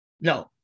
no